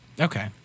Okay